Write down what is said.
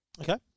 Okay